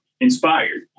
Inspired